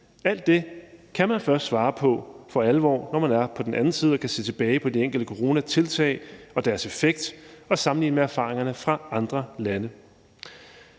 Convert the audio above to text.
Alt det kan man først for alvor svare på, når man er på den anden side og kan se tilbage på de enkelte coronatiltag og deres effekt og sammenligne med erfaringerne fra andre lande.